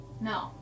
No